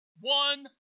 one